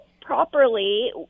properly